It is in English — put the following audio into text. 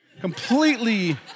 Completely